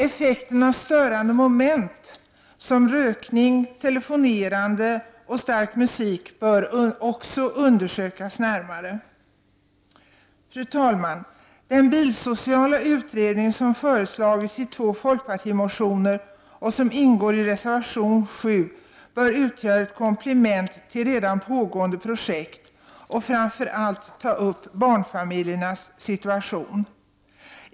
Effekterna av störande moment som rökning, telefonerande och stark musik bör också undersökas närmare. Fru talman! Den bilsociala utredning som föreslagits i två folkpartimotioner och som ingår i reservation 7 bör utgöra ett komplement till redan pågående projekt. Där bör framför allt barnfamiljernas situation tas upp.